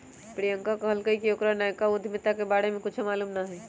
प्रियंका कहलकई कि ओकरा नयका उधमिता के बारे में कुछो मालूम न हई